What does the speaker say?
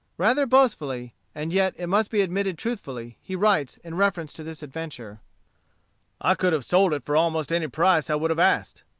rather boastfully, and yet it must be admitted truthfully, he writes, in reference to this adventure i could have sold it for almost any price i would have asked.